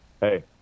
hey